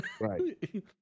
Right